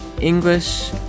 English